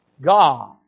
God